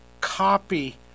copy